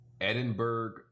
Edinburgh